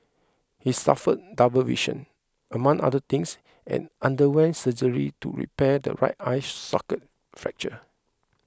he suffered double vision among other things and underwent surgery to repair the right eye socket fracture